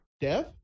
Dev